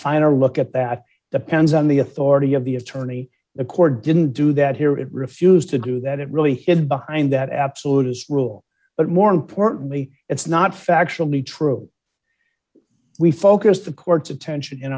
final look at that depends on the authority of the attorney the core didn't do that here it refused to do that it really hit behind that absolute rule but more importantly it's not factually true we focused the court's attention in